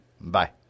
Bye